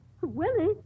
Willie